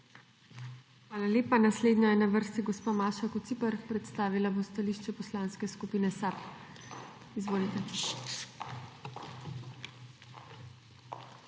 Hvala lepa. Naslednja je na vrsti gospa Maša Kociper, predstavila bo stališče Poslanske skupine SAB. Izvolite.